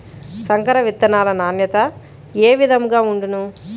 సంకర విత్తనాల నాణ్యత ఏ విధముగా ఉండును?